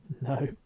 No